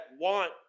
want